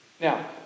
Now